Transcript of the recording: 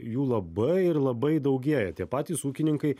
jų labai ir labai daugėja tie patys ūkininkai